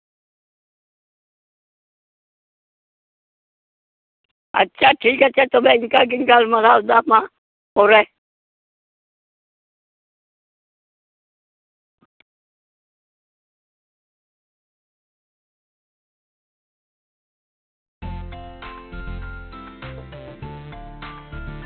ᱟᱪᱪᱷᱟ ᱴᱷᱤᱠ ᱟᱪᱷᱮ ᱛᱚᱵᱮ ᱤᱱᱠᱟ ᱜᱮᱧ ᱜᱟᱞᱢᱟᱨᱟᱣᱫᱟ ᱢᱟ ᱯᱚᱨᱮ